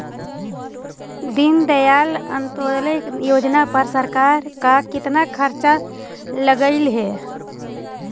दीनदयाल अंत्योदय योजना पर सरकार का कितना खर्चा लगलई हे